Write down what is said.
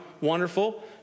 wonderful